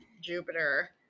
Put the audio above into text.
jupiter